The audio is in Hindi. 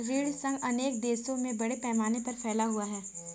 ऋण संघ अनेक देशों में बड़े पैमाने पर फैला हुआ है